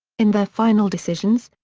in their final decisions,